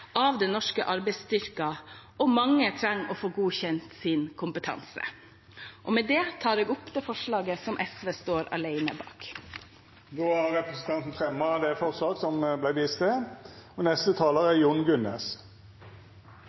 av den norske arbeidsstyrken, og mange trenger å få godkjent sin kompetanse. Og med det tar jeg opp det forslaget som SV alene står bak. Representanten Mona Fagerås har teke opp det forslaget ho refererte til.